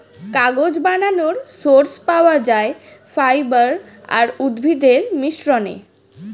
কাগজ বানানোর সোর্স পাওয়া যায় ফাইবার আর উদ্ভিদের মিশ্রণে